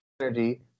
energy